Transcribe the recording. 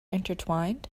intertwined